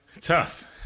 Tough